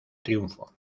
triunfo